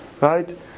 Right